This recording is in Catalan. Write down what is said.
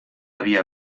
havia